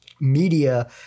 media